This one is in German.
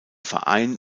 verein